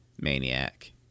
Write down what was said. maniac